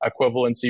equivalency